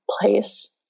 place